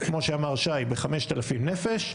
כמו שאמר שי ב-5,000 נפש,